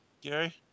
Gary